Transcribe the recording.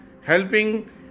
helping